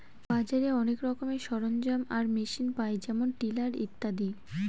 বাজারে অনেক রকমের সরঞ্জাম আর মেশিন পায় যেমন টিলার ইত্যাদি